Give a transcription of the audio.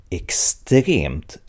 extremt